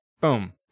Boom